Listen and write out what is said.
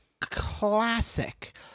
classic